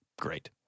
Great